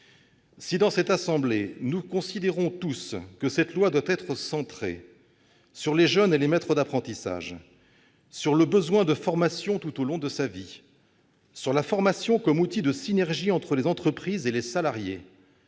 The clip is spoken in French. Si, dans cette assemblée, nous considérons tous que cette loi doit être centrée sur les jeunes et les maîtres d'apprentissage, sur le besoin de formation tout au long de sa vie, sur la formation comme outil de synergie entre les entreprises et les salariés,